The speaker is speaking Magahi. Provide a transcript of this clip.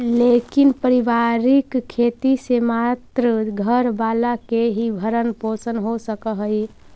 लेकिन पारिवारिक खेती से मात्र घर वाला के ही भरण पोषण हो सकऽ हई